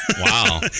Wow